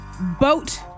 Boat